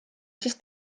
siis